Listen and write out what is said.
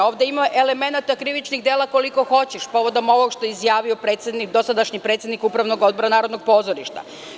Ovde ima elemenata krivičnih dela koliko hoćete povodom ovoga što je izjavio dosadašnji predsednik Upravnog odbora Narodnog pozorišta.